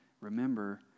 remember